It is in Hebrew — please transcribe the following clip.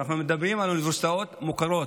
ואנחנו מדברים על אוניברסיטאות מוכרות,